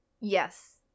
Yes